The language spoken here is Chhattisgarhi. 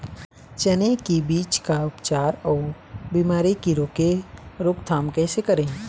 चने की बीज का उपचार अउ बीमारी की रोके रोकथाम कैसे करें?